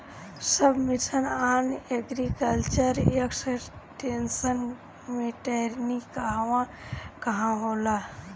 सब mission on agriculture extension मै टेरेनीं कहवा कहा होला?